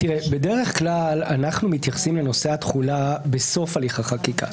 בדרך כלל אנחנו מתייחסים לנושא התחולה בסוף הליך החקיקה.